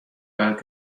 بعد